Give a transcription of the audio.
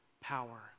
power